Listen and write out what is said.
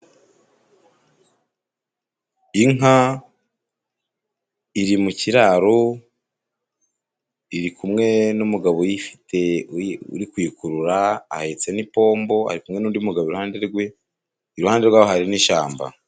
Inka iri mu kiraro ,iri kumwe n'umugabo uyifite uri kuyikurura, ahetse n'ipombo ari kumwe n'undi mugabo iruhande rwe, iruhande rwaho hari n'ishyamba.